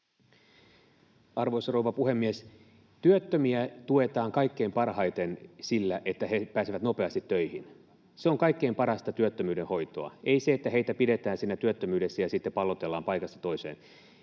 Arvoisa rouva puhemies! Työttömiä tuetaan kaikkein parhaiten sillä, että he pääsevät nopeasti töihin. Se on kaikkein parasta työttömyyden hoitoa, ei se, että heitä pidetään siinä työttömyydessä ja sitten pallotellaan paikasta toiseen.